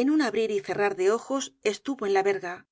en un abrir y cerrar de ojos estuvo en la verga